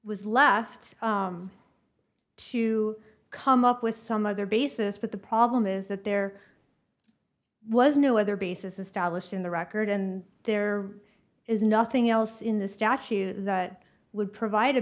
left to come up with some other basis but the problem is that there was no other basis established in the record and there is nothing else in the statute that would provide a